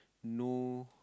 know